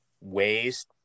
ways